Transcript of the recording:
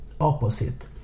opposite